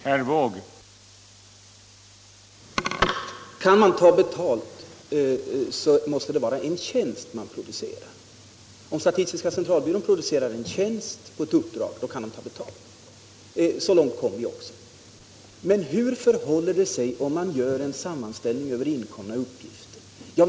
Herr talman! Kan man ta betalt måste det vara en tjänst man producerar. Om statistiska centralbyrån producerar en tjänst på uppdrag kan den ta betalt. Så långt kom vi också i delegationen. Men hur förhåller det sig om statistiska centralbyrån gör en sammanställning av inkomna uppgifter?